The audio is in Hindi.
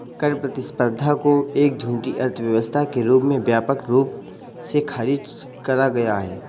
कर प्रतिस्पर्धा को एक झूठी अर्थव्यवस्था के रूप में व्यापक रूप से खारिज करा गया है